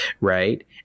right